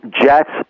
Jets